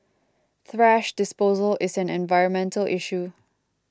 thrash disposal is an environmental issue